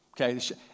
Okay